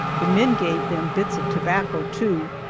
the men gave them bits of tobacco too.